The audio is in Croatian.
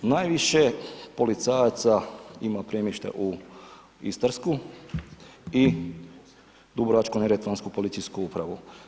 Najviše policajaca ima premještaj u Istarsku i Dubrovačko-neretvansku policijsku upravu.